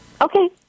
Okay